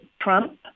Trump